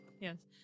yes